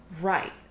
Right